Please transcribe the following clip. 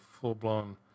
full-blown